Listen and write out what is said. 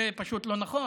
זה פשוט לא נכון.